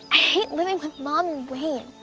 i hate living with mom wayne.